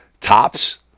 tops